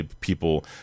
people